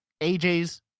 AJ's